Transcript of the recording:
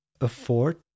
afford